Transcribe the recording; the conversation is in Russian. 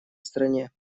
стране